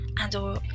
and/or